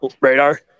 radar